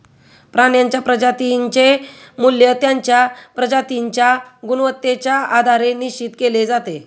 प्राण्यांच्या प्रजातींचे मूल्य त्यांच्या प्रजातींच्या गुणवत्तेच्या आधारे निश्चित केले जाते